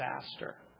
disaster